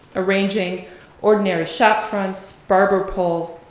arranging ordinary shop fronts, barber pole,